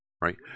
Right